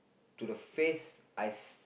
to the face I